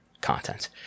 content